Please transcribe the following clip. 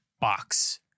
box